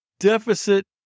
deficit